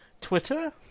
Twitter